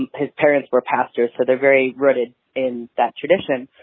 and his parents were pastors. so they're very rooted in that tradition.